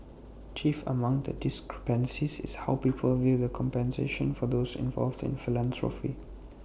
chief among the discrepancies is how people view compensation for those involved in philanthropy